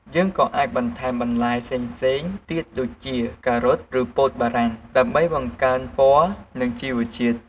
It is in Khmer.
យើងក៏អាចបន្ថែមបន្លែផ្សេងៗទៀតដូចជា ការ៉ុតឬពោតបារាំង ដើម្បីបង្កើនពណ៌និងជីវជាតិ។